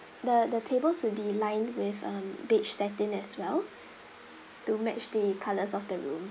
the the tables will be lined with um beige satin as well to match the colors of the room